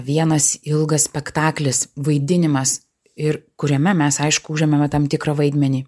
vienas ilgas spektaklis vaidinimas ir kuriame mes aišku užimame tam tikrą vaidmenį